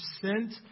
percent